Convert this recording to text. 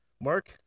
Mark